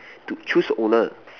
to choose owner